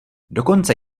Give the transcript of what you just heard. dokonce